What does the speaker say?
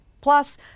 Plus